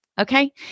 okay